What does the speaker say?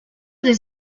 des